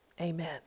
Amen